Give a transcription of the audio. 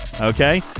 Okay